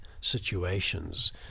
situations